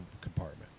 compartment